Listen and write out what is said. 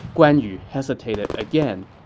guan yu hesitated again